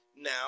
now